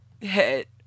hit